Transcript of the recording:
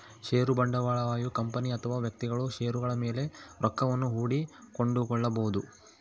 ಷೇರು ಬಂಡವಾಳಯು ಕಂಪನಿ ಅಥವಾ ವ್ಯಕ್ತಿಗಳು ಷೇರುಗಳ ಮೇಲೆ ರೊಕ್ಕವನ್ನು ಹೂಡಿ ಕೊಂಡುಕೊಳ್ಳಬೊದು